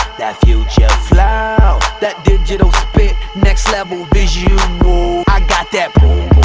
that future flow that digital spit next-level visual i got that boom